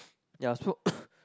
ya so